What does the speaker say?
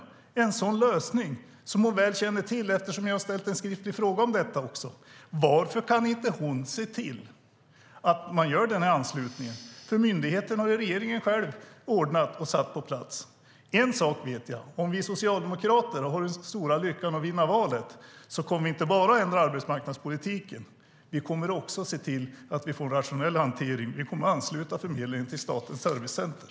Det är en lösning som hon väl känner till eftersom jag har ställt en skriftlig fråga om detta också. Varför kan inte ministern se till att man gör den här anslutningen? Myndigheten har ju regeringen själv ordnat och satt på plats. En sak vet jag. Om vi socialdemokrater har den stora lyckan att vinna valet kommer vi inte bara att ändra arbetsmarknadspolitiken. Vi kommer också att se till att vi får en rationell hantering. Vi kommer att ansluta förmedlingen till Statens servicecenter.